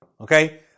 okay